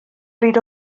bryd